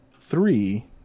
three